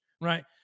Right